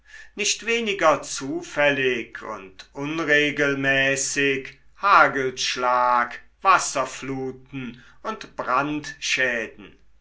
nicht weniger zufällig und unregelmäßig hagelschlag wasserfluten und